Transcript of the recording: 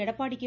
Edappadi K